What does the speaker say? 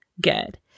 good